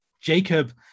Jacob